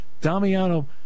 Damiano